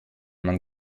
man